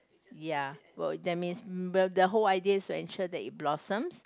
yeah !wow! that means the their whole idea will ensure that it blossoms